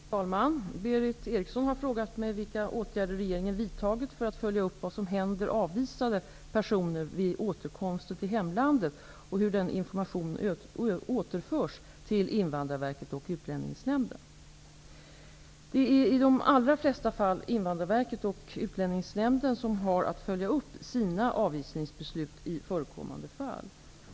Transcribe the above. Fru talman! Berith Eriksson har frågat mig vilka åtgärder regeringen vidtagit för att följa upp vad som händer avvisade personer vid återkomsten till hemlandet och hur denna information återförs till Det är i de allra flesta fall Invandrarverket och Utlänningsnämnden som har att följa upp sina avvisningsbeslut i förekommande fall.